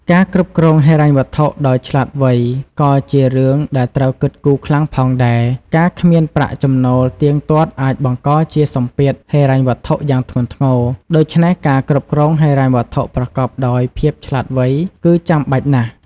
ការគ្រប់គ្រងហិរញ្ញវត្ថុដោយឆ្លាតវៃក៏ជារឿងដែលត្រូវគិតគូខ្លាំងផងដែរ ការគ្មានប្រាក់ចំណូលទៀងទាត់អាចបង្កជាសម្ពាធហិរញ្ញវត្ថុយ៉ាងធ្ងន់ធ្ងរ ដូច្នេះការគ្រប់គ្រងហិរញ្ញវត្ថុប្រកបដោយភាពឆ្លាតវៃគឺចាំបាច់ណាស់។